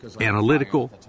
analytical